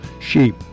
sheep